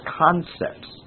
concepts